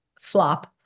flop